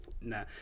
nah